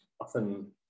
Often